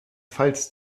pfalz